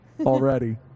already